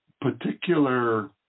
particular